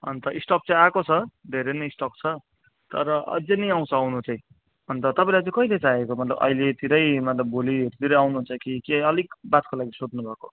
अन्त स्टक चाहिँ आएको छ धेरै नै स्टक छ तर अझै नै आउँछ आउनु चाहिँ अन्त तपाईँलाई चाहिँ कहिले चाहिएको मतलब अहिलेतिरै मतलब भोलितिर आउनुहुन्छ कि कि अलिक बादको लागि सोध्नुभएको